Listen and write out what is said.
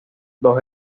dos